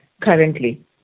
currently